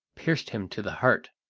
pierced him to the heart.